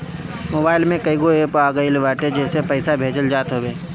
mobile में कईगो app आ गईल बाटे जेसे पईसा भेजल जात हवे